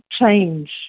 change